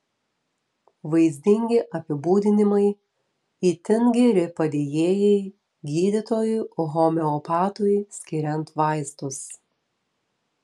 vaizdingi apibūdinimai itin geri padėjėjai gydytojui homeopatui skiriant vaistus